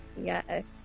Yes